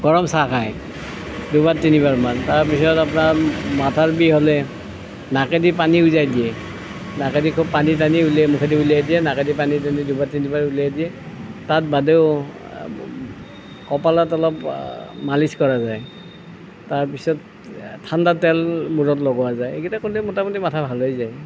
গৰম চাহ খায় দুবাৰ তিনিবাৰ মান তাৰপিছত আপোনাৰ মাথাৰ বিষ হ'লে নাকেদি পানী উজাই দিয়ে নাকেদি খুব পানী টানি উলিয়ায় মুখেদি উলিয়াই দিয়ে নাকেদি পানী দুনি দুবাৰ তিনিবাৰ উলিয়াই দিয়ে তাত বাদেও কপালত অলপ মালিচ কৰা যায় তাৰপিছত ঠাণ্ডা তেল মূৰত লগোৱা যায় এইকেইটা কৰিলে মোটামুটি মাথা ভাল হৈ যায়